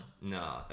No